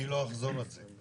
אני לא אחזור על זה.